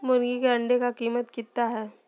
मुर्गी के अंडे का कीमत कितना है?